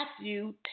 Matthew